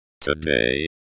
Today